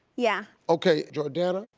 yeah. okay jordana,